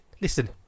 Listen